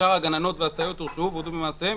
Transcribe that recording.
שאר הגננות והסייעות הורשעו והודו במעשיהן.